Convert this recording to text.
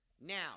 Now